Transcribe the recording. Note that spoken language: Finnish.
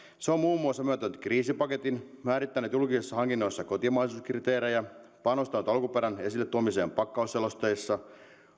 se on muun muassa myöntänyt kriisipaketin määrittänyt julkisissa hankinnoissa kotimaisuuskriteerejä panostanut alkuperän esille tuomiseen pakkausselosteissa